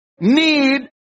need